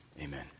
amen